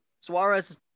Suarez